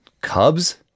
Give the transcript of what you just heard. Cubs